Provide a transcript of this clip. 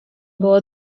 było